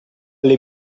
alle